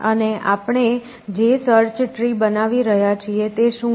અને આપણે જે સર્ચ ટ્રી બનાવી રહ્યા છીએ તે શું છે